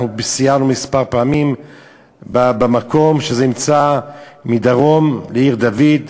אנחנו סיירנו כמה פעמים במקום שנמצא מדרום לעיר-דוד,